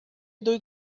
due